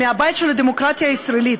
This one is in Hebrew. מהבית של הדמוקרטיה הישראלית,